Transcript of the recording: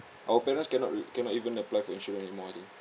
our parents cannot e~ cannot even apply for insurance anymore already